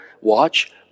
Watch